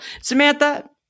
Samantha